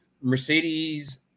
Mercedes